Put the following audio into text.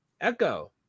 Echo